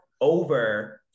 over